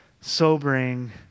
sobering